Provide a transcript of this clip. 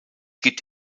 gibt